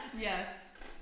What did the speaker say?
Yes